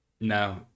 No